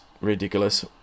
ridiculous